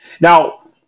Now